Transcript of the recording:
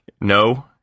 no